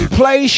play